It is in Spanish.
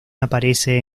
aparece